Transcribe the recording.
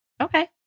Okay